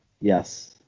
Yes